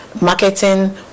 marketing